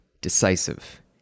decisive